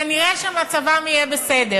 כנראה מצבם יהיה בסדר,